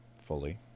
fully